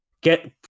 get